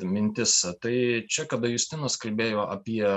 mintis tai čia kada justinas kalbėjo apie